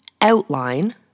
outline